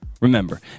Remember